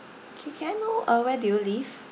K can I know uh where do you live